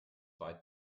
weit